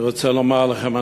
ואני רוצה לומר לכם,